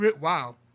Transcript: wow